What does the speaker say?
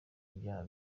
ibyaha